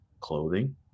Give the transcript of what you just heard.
clothing